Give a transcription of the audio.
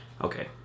Okay